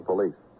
Police